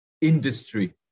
industry